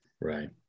Right